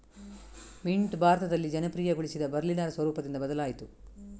mint ಭಾರತದಲ್ಲಿ ಜನಪ್ರಿಯಗೊಳಿಸಿದ Berliner ಸ್ವರೂಪದಿಂದ ಬದಲಾಯಿತು